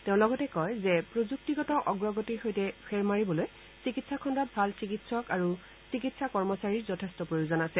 তেওঁ লগতে কয় যে প্ৰযুক্তিগত অগ্ৰগতিৰ সৈতে ফেৰ মাৰিবলৈ চিকিৎসা খণ্ডত ভাল চিকিৎসক আৰু চিকিৎসা কৰ্মচাৰীৰ যথেষ্ট প্ৰয়োজন আছে